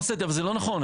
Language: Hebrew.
אבל זה לא נכון,